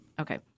Okay